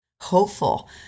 hopeful